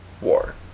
war